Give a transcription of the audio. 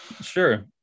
sure